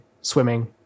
swimming